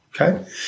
okay